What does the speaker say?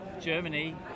Germany